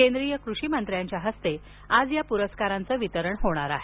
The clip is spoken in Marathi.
केंद्रीय कृषीमंत्र्यांच्या हस्ते आज या प्रस्काराचं वितरण होणार आहे